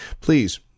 please